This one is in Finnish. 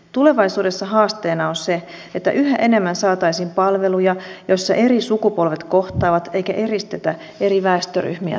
tulevaisuudessa haasteena on se että yhä enemmän saataisiin palveluja joissa eri sukupolvet kohtaavat eikä eristetä eri väestöryhmiä toisistaan